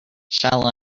shall